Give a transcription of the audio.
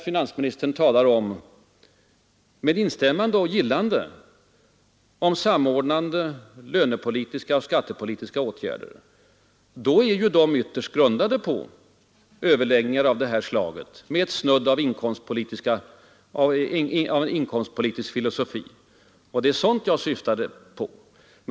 Samordnade lönepolitiska och skattepolitiska åtgärder, som finansministern gillande talar om, är ju ytterst grundade på överläggningar av detta slag med snudd på en inkomstpolitisk filosofi. Det är sådant jag syftade på.